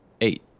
Eight